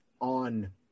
on